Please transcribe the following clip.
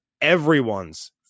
everyone's